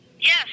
Yes